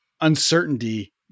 uncertainty